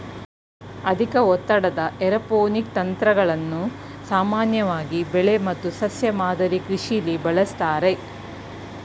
ಅಧಿಕ ಒತ್ತಡದ ಏರೋಪೋನಿಕ್ ತಂತ್ರಗಳನ್ನು ಸಾಮಾನ್ಯವಾಗಿ ಬೆಳೆ ಮತ್ತು ಸಸ್ಯ ಮಾದರಿ ಕೃಷಿಲಿ ಬಳಸ್ತಾರೆ